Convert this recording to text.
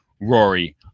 Rory